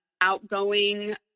outgoing